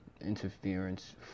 interference